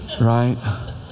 right